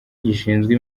gishinzwe